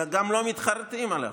אלא גם לא מתחרטים עליו,